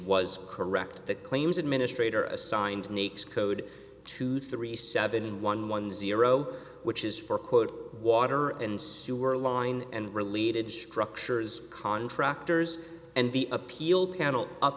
was correct the claims administrator assigned nikos code to three seven one one zero which is for quote water and sewer line and related structures contractors and the appeal panel u